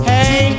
Hey